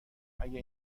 اگه